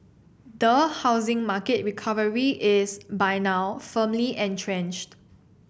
the housing market recovery is by now firmly entrenched